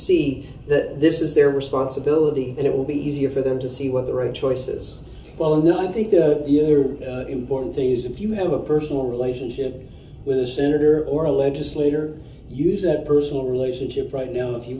see that this is their responsibility and it will be easier for them to see whether a choices well and then i think the important thing is if you have a personal relationship with a senator or a legislator use that personal relationship right now if you